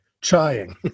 trying